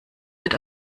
wird